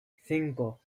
cinco